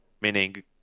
meaning